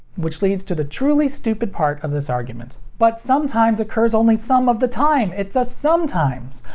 which leads to the truly stupid part of this argument. but sometimes occurs only some of the time! it's a sometimes!